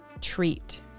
treat